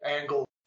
angle